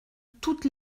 toutes